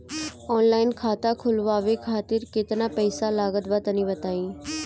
Online खाता खूलवावे खातिर केतना पईसा लागत बा तनि बताईं?